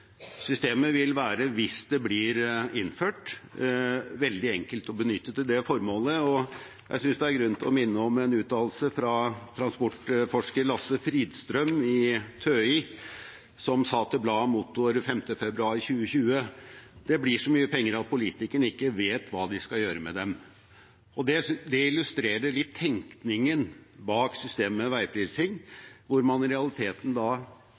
Systemet vil være, hvis det blir innført, veldig enkelt å benytte til det formålet. Jeg synes det er grunn til å minne om en uttalelse fra transportforsker Lasse Fridstrøm i TØI, som sa til bladet Motor 5. februar i 2020: «Det blir så mye penger at politikerne ikke vet hva de skal gjøre med dem.» Det illustrerer litt tenkningen bak systemet med veiprising, hvor man da i realiteten